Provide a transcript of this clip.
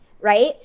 Right